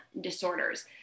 disorders